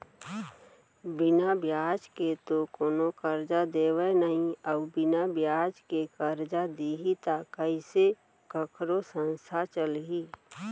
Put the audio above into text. बिना बियाज के तो कोनो करजा देवय नइ अउ बिना बियाज के करजा दिही त कइसे कखरो संस्था चलही